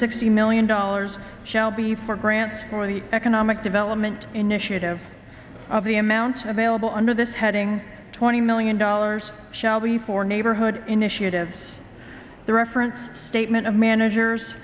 sixty million dollars shall be for grants for the economic development initiative of the amount available under this heading twenty million dollars shall be for neighborhood initiatives the reference statement of managers